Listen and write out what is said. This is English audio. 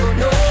no